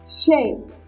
shape